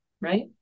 right